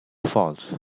false